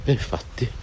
infatti